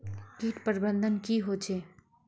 किट प्रबन्धन की होचे?